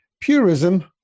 Purism